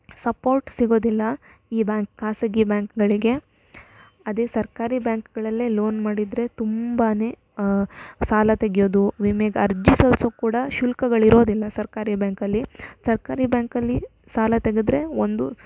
support ಸಿಗೋದಿಲ್ಲ ಈ bank ಖಾಸಗಿ ಬ್ಯಾಂಕ್ಗಳಿಗೆ ಅದೇ ಸರ್ಕಾರಿ ಬ್ಯಾಂಕ್ಗಳಲ್ಲೇ ಲೋನ್ ಮಾಡಿದರೆ ತುಂಬ ಸಾಲ ತೆಗೆಯೋದು ವಿಮೆಗೆ ಅರ್ಜಿ ಸಲ್ಸೋಕ್ಕೆ ಕೂಡ ಶುಲ್ಕಗಳು ಇರೋದಿಲ್ಲ ಸರ್ಕಾರಿ ಬ್ಯಾಂಕಲ್ಲಿ ಸರ್ಕಾರಿ ಬ್ಯಾಂಕಲ್ಲಿ ಸಾಲ ತೆಗೆದ್ರೆ ಒಂದು